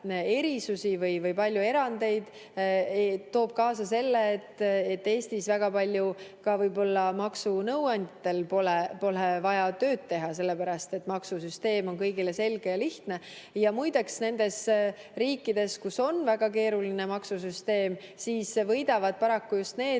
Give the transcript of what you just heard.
erisusi või palju erandeid, toob kaasa selle, et Eestis pole väga palju ka võib-olla maksunõuandjatel vaja tööd teha, sellepärast et maksusüsteem on kõigile selge ja lihtne. Muideks, nendes riikides, kus on väga keeruline maksusüsteem, võidavad paraku just need,